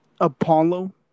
Apollo